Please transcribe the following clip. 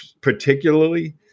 particularly